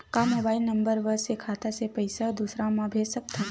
का mobile number बस से खाता से पईसा दूसरा मा भेज सकथन?